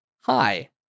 hi